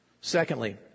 Secondly